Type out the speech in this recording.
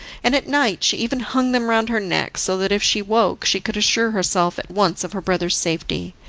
and at night she even hung them round her neck, so that if she woke she could assure herself at once of her brother's safety.